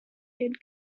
kid